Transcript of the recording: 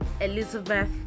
Elizabeth